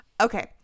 Okay